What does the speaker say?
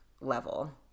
level